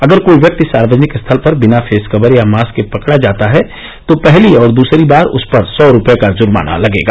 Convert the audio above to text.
अगर कोई व्यक्ति सार्वजनिक स्थल पर बिना फेस कवर या मास्क के पकड़ा जाता है तो पहली और दूसरी बार उस पर सौ रूपये का जुर्माना लगेगा